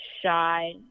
shy